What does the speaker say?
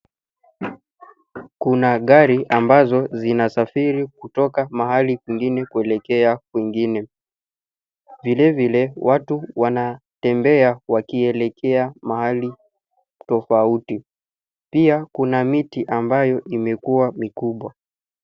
Kuna gari ambazo zinasafiri kutoka mahali kwingine kuelekea kwingine. Vile vile watu wanatembea wakielekea mahali tofauti. Pia kuna miti ambayo imekuwa mikubwa.